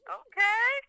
okay